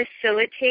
facilitate